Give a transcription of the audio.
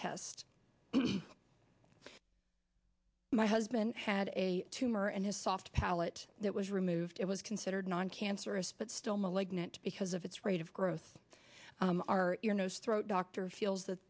test my husband had a tumor and his soft palate that was removed it was considered non cancerous but still malignant because of its rate of growth are your nose throat doctor feels that